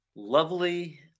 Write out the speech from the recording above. Lovely